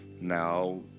Now